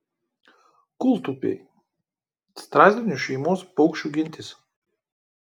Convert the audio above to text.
kūltupiai strazdinių šeimos paukščių gentis